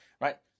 right